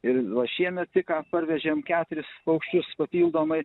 ir va šiemet tik ką parvežėm keturis paukščius papildomai